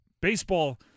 Baseball